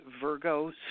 Virgo